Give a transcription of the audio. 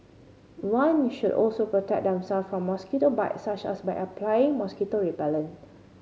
one should also protect themselves from mosquito bites such as by applying mosquito repellent